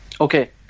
okay